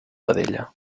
vedella